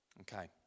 Okay